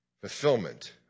fulfillment